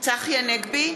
צחי הנגבי,